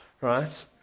right